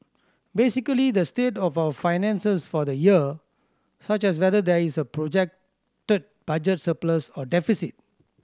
basically the state of our finances for the year such as whether there is a projected budget surplus or deficit